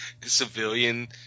civilian